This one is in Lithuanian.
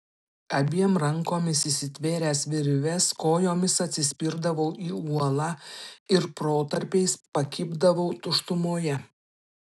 abiem rankomis įsitvėręs virvės kojomis atsispirdavau į uolą ir protarpiais pakibdavau tuštumoje